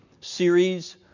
series